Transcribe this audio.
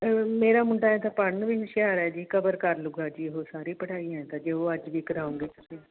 ਮੇਰਾ ਮੁੰਡਾ ਹੈ ਤਾਂ ਪੜ੍ਹਨ ਨੂੰ ਵੀ ਹੁਸ਼ਿਆਰ ਹੈ ਜੀ ਕਵਰ ਕਰ ਲੂਗਾ ਜੀ ਉਹ ਸਾਰੀ ਪੜ੍ਹਈ ਐਂ ਤਾਂ ਜੀ ਜੋ ਅੱਜ ਵੀ ਕਰਾਉਂਗੇ ਤੁਸੀਂ